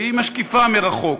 והיא משקיפה מרחוק.